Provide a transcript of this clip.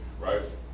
right